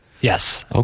Yes